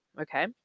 Okay